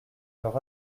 leur